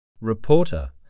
Reporter